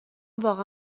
واقعا